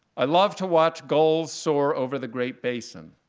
i love to watch gulls soar over the great basin.